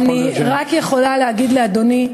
אני רק יכולה להגיד לאדוני,